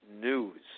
news